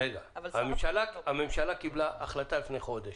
רגע, הממשלה קיבלה החלטה לפני חודש.